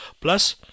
plus